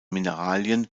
mineralien